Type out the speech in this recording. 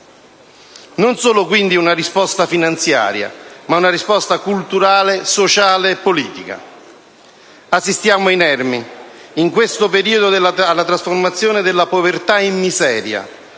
non solo, quindi, una risposta finanziaria, ma culturale, sociale e politica. Assistiamo inermi, in questo periodo, alla trasformazione della povertà in miseria